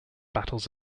battles